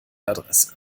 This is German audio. adresse